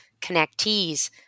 connectees